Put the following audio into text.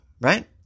right